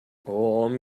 going